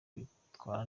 kwitwara